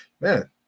man